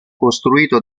costruito